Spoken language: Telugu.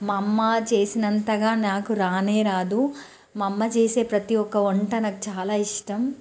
మా అమ్మ చేసినంతగా నాకు రానే రాదు మా అమ్మ చేసే ప్రతి ఒక్క వంట నాకు చాలా ఇష్టం